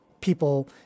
people